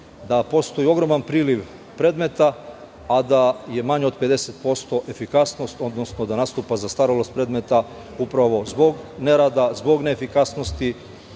da postoji ogroman priliv predmeta, a da je manje od 50% efikasnost, odnosno da nastupa zastarelost predmeta upravo zbog ne rada, zbog ne efikasnosti,